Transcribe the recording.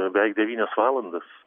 beveik devynias valandas